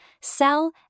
sell